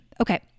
Okay